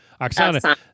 Oksana